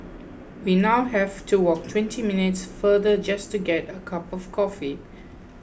we now have to walk twenty minutes farther just to get a cup of coffee